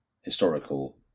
historical